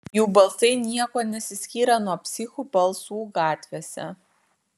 jų balsai niekuo nesiskyrė nuo psichų balsų gatvėse